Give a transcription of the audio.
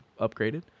Upgraded